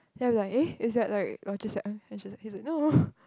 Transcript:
then I was like eh is that like Luo-Zhi-Xiang uh and she's he's like no